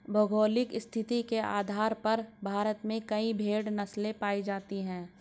भौगोलिक स्थिति के आधार पर भारत में कई भेड़ नस्लें पाई जाती हैं